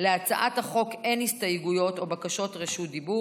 להצעת החוק אין הסתייגויות או בקשות רשות דיבור.